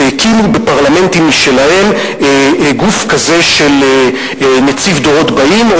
והקימו בפרלמנטים משלהם גוף כזה של נציב הדורות הבאים,